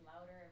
louder